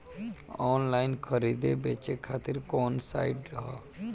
Online खरीदे बेचे खातिर कवन साइड ह?